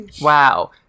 Wow